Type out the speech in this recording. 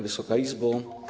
Wysoka Izbo!